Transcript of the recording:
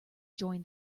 join